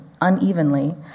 unevenly